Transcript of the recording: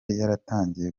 yaratangiye